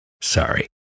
Sorry